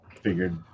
figured